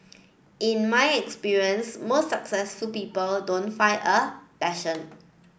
in my experience most successful people don't find a passion